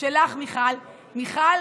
אלעזר שטרן,